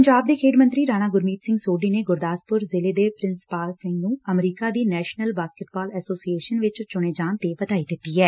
ਪੰਜਾਬ ਦੇ ਖੇਡ ਮੰਤਰੀ ਰਾਣਾ ਗੁਰਮੀਤ ਸਿੰਘ ਸੋਢੀ ਨੇ ਗੁਰਦਾਸਪੁਰ ਸ਼ਿਲੇ ਦੇ ਪ੍ਰਿੰਸਪਾਲ ਸਿੰਘ ਨੂੰ ਅਮਰੀਕਾ ਦੀ ਨੈਸ਼ਨਲ ਬਾਸਕਿਟਬਾਲ ਐਸੋਸੀਏਸ਼ਨ ਵਿੱਚ ਚੁਣੇ ਜਾਣ ਤੇ ਵਧਾਈ ਦਿੱਤੀ ਐ